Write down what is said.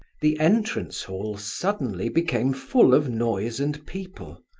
the entrance-hall suddenly became full of noise and people.